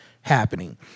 happening